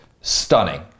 Stunning